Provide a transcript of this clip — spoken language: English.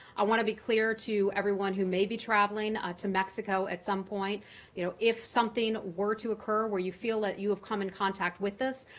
i want to be clear to everyone who may be traveling ah to mexico at some point you know if something were to occur where you feel that you have come in contact with this,